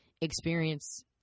experience